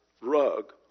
rug